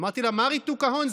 אמרתי לה: מה ריתוק ההון,